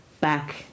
back